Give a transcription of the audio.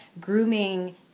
grooming